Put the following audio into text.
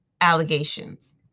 allegations